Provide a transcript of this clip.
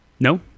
No